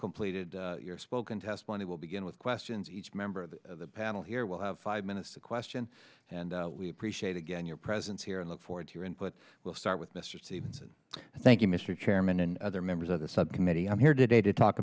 completed your spoken testimony will begin with questions each member of the panel here will have five minutes to question and we appreciate again your presence here and look forward to your input will start with mr stevenson thank you mr chairman and other members of the subcommittee i'm here today to talk